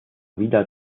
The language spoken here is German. wieder